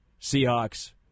Seahawks